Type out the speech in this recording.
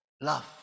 love